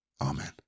Amen